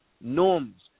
norms